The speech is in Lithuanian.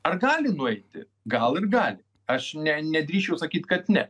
ar gali nueiti gal ir gali aš nedrįsčiau sakyt kad ne